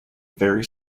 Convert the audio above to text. very